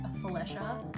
felicia